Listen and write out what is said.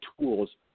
tools